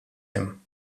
him